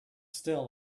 still